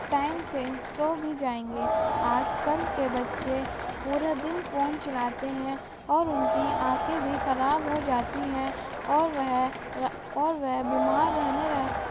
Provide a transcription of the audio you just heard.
time سے سو بھی جائیں گے آج کل کے بچے پورے دن فون چلاتے ہیں اور ان کی آنکھیں بھی خراب ہو جاتی ہیں اور وہ اور وہ بیمار رہنے رہ